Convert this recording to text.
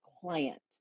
client